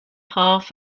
half